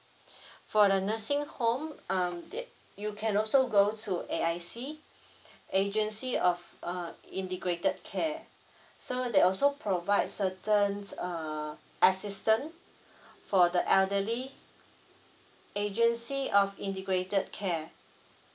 for the nursing home um that you can also go to A_I_C agency of uh integrated care so they also provide certain uh assistance for the elderly agency of integrated care